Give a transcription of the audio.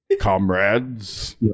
comrades